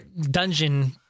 dungeon